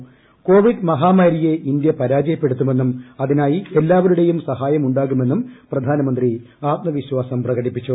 ് കോവിഡ് മഹാമാരിയെ ഇന്ത്യ പരാജയപ്പെടുത്തുമെന്നും ് അതിനായി എല്ലാവരുടെയും സഹായം ഉണ്ടാകുമെന്നും പ്രധാനമന്ത്രി ആത്മവിശ്വാസം പ്രകടിപ്പിച്ചു